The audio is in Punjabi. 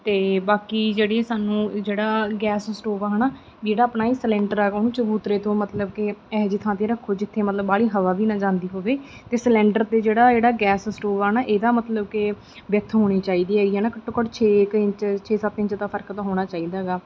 ਅਤੇ ਬਾਕੀ ਜਿਹੜੀਆਂ ਸਾਨੂੰ ਜਿਹੜਾ ਗੈਸ ਸਟੋਵ ਆ ਹੈ ਨਾ ਜਿਹੜਾ ਆਪਣਾ ਇਹ ਸਿਲੰਡਰ ਆ ਉਹਨੂੰ ਚਬੂਤਰੇ ਤੋਂ ਮਤਲਬ ਕਿ ਇਹੋ ਜਿਹੀ ਥਾਂ 'ਤੇ ਰੱਖੋ ਜਿੱਥੇ ਮਤਲਬ ਬਾਹਲੀ ਹਵਾ ਵੀ ਨਾ ਜਾਂਦੀ ਹੋਵੇ ਅਤੇ ਸਿਲੰਡਰ ਅਤੇ ਜਿਹੜਾ ਜਿਹੜਾ ਗੈਸ ਸਟੋਵ ਆ ਨਾ ਇਹਦਾ ਮਤਲਬ ਕਿ ਵਿੱਥ ਹੋਣੀ ਚਾਹੀਦੀ ਹੈਗੀ ਹੈ ਨਾ ਘੱਟੋ ਘੱਟ ਛੇ ਕੁ ਇੰਚ ਛੇ ਸੱਤ ਇੰਚ ਦਾ ਫ਼ਰਕ ਤਾਂ ਹੋਣਾ ਚਾਹੀਦਾ ਹੈਗਾ